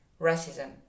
racism